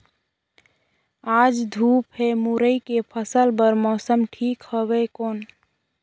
आज धूप हे मुरई के फसल बार मौसम ठीक हवय कौन?